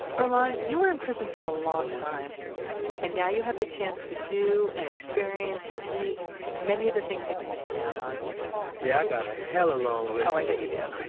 earlonne, you were in prison for a long time. yeah and now you have the chance to do and experience and eat many of the things you'd been missing out on yeah, i gotta a hella long list oh, i bet you do.